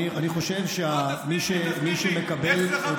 אני חושב שמי שמקבל,